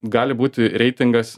gali būti reitingas